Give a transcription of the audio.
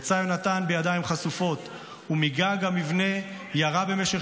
יצא יונתן בידיים חשופות ומגג המבנה ירה במשך